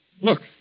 look